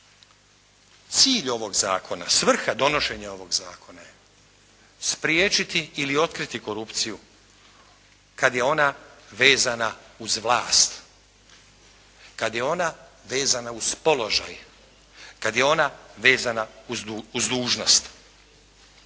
Cilj ovog zakona, svrha donošenja ovog zakona je spriječiti ili otkriti korupciju kad je ona vezana uz vlast, kad je ona vezana uz položaj, kad je ona vezana uz dužnost.